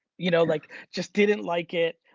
you know like just didn't like it.